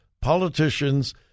politicians